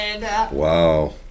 Wow